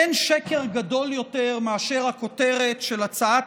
אין שקר גדול יותר מאשר הכותרת של הצעת